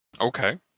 Okay